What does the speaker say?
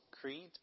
Creed